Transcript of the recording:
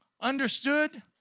Understood